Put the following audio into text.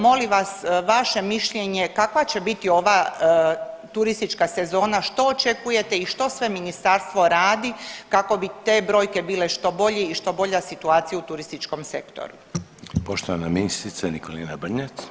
Molim vas vaše mišljenje kakva će biti turistička sezona, što očekujete i što sve ministarstvo radi kako bi te brojke bile što bolje i što bolja situacija u turističkom sektoru.